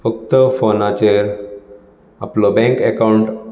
फक्त फोनाचेर आपलो बँक अकाउन्ट